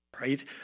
right